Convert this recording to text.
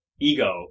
ego